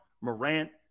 Morant